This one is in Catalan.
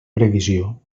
previsió